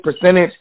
percentage